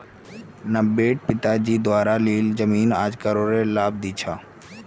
नब्बेट पिताजी द्वारा लील जमीन आईज करोडेर लाभ दी छ